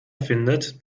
findet